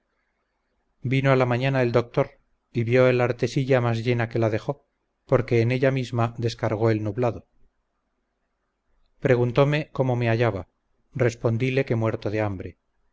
vino a la mañana el doctor y vió el artesilla más llena que la dejó porque en ella misma descargó el nublado preguntome cómo me hallaba respondile que muerto de hambre